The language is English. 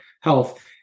Health